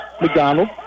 McDonald